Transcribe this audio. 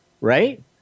right